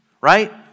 right